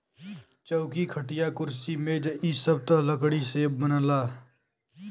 चौकी, खटिया, कुर्सी मेज इ सब त लकड़ी से बनला